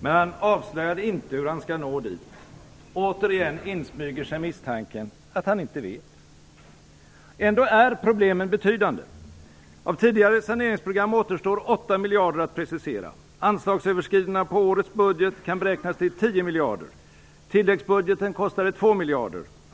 men han avslöjade inte hur han skall nå dit. Återigen insmyger sig misstanken att han inte vet. Ändå är problemen betydande. Av tidigare saneringsprogram återstår 8 miljarder att precisera. Anslagsöverskridandena på årets budget kan beräknas till 10 miljarder. Tilläggsbudgeten kostade 2 miljarder.